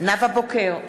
נאוה בוקר,